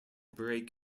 break